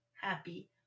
happy